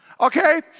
okay